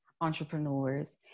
entrepreneurs